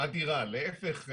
אדירה להיפך,